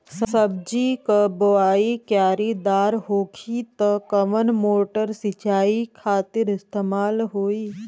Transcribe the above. सब्जी के बोवाई क्यारी दार होखि त कवन मोटर सिंचाई खातिर इस्तेमाल होई?